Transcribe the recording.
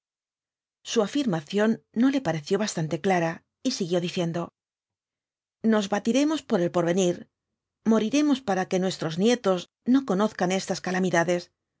su afirmación no le pareció bastante clara y siguió diciendo nos batiremos por el porvenir moriremos para que nuestros nietos no conozcan estas calamidades